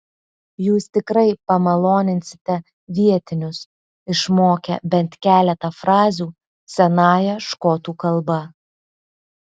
jūs tikrai pamaloninsite vietinius išmokę bent keletą frazių senąją škotų kalba